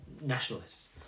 nationalists